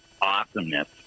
awesomeness